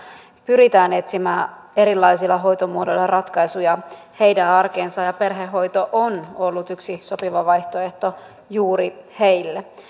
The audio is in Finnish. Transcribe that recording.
pyritään etsimään erilaisilla hoitomuodoilla ratkaisuja heidän arkeensa ja perhehoito on ollut yksi sopiva vaihtoehto juuri heille